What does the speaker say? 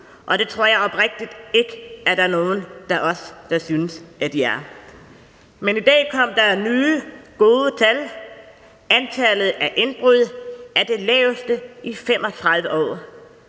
og det tror jeg oprigtigt ikke at der er nogen af os der synes at det er. I dag kom der nye, gode tal: Antallet af indbrud er det laveste i 35 år